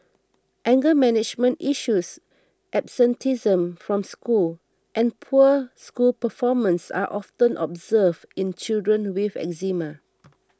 anger management issues absenteeism from school and poor school performance are often observed in children with eczema